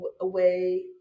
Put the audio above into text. away